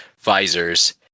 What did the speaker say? visors